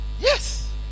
yes